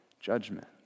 judgment